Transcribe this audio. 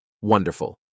wonderful